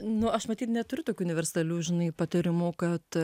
nu aš matyt neturiu tokių universalių žinai patarimų kad